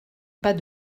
pas